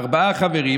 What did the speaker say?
ארבעה חברים,